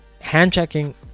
hand-checking